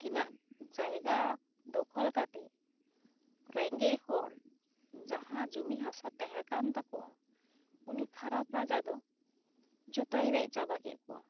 ᱩᱱᱠᱤᱱᱟᱜ ᱡᱟᱭᱜᱟ ᱫᱚᱠᱷᱚᱞ ᱠᱟᱛᱮᱫ ᱨᱮᱸᱜᱮᱡ ᱦᱚᱲ ᱡᱟᱦᱟᱸ ᱡᱩᱢᱤ ᱦᱟᱥᱟ ᱛᱟᱦᱮᱸ ᱠᱟᱱ ᱛᱟᱠᱚᱣᱟ ᱩᱱᱤ ᱠᱷᱟᱨᱟᱯ ᱨᱟᱡᱟ ᱫᱚ ᱡᱚᱛᱚᱭ ᱨᱮᱡ ᱪᱟᱵᱟ ᱠᱮᱫ ᱠᱚᱣᱟ